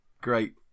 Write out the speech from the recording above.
great